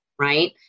right